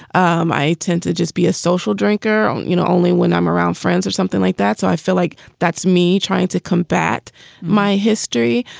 um i tend to just be a social drinker. you know, only when i'm around friends or something like that. i feel like that's me trying to combat my history.